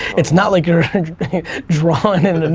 it's not like you're drawn and and and